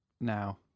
now